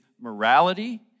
morality